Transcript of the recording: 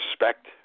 respect